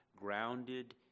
grounded